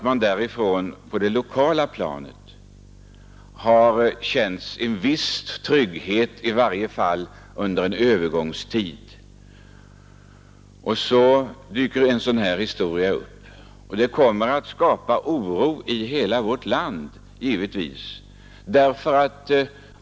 Människor på det lokala planet har därför känt en viss trygghet, i varje fall för en övergångstid. Och så dyker en sådan här historia upp. Det kommer givetvis att skapa oro i hela vårt land.